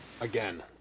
again